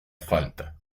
falta